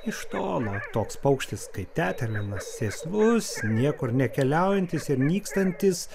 iš tolo toks paukštis kaip tetervinas sėslus niekur nekeliaujantis ir nykstantis